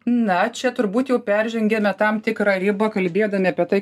na čia turbūt jau peržengiame tam tikrą ribą kalbėdami apie tai